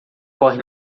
corre